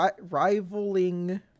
Rivaling